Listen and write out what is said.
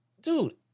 Dude